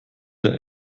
der